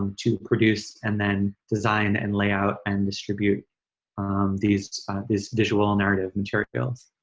um to produce and then design and layout and distribute these these visual narrative materials.